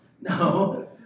No